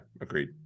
Agreed